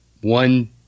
one